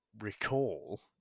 recall